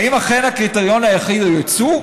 האם אכן הקריטריון היחיד הוא היצוא?